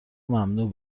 ممنوع